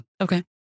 Okay